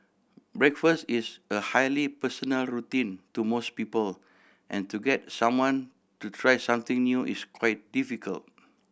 breakfast is a highly personal routine to most people and to get someone to try something new is quite difficult